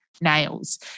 nails